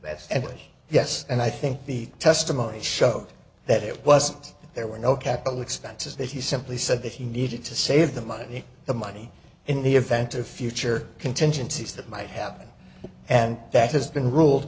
and yes and i think the testimony showed that it was there were no capital expenses that he simply said that he needed to save the money the money in the event of future contingencies that might happen and that has been ruled